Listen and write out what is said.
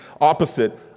opposite